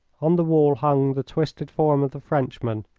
on the wall hung the twisted form of the frenchman,